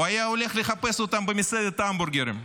הוא היה הולך לחפש אותם במסעדת המבורגרים.